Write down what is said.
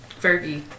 Fergie